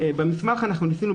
במסמך אנחנו ניסינו,